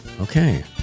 Okay